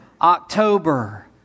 October